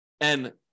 and-